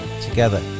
together